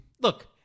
look